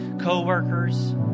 co-workers